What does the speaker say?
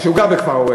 או שהוא גר בכפר-הרא"ה,